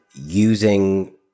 using